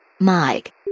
Mike